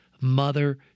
Mother